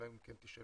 אלא אם כן תשאלו,